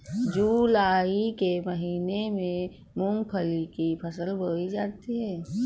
जूलाई के महीने में मूंगफली की फसल बोई जाती है